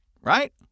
Right